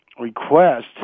request